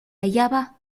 hallaba